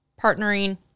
partnering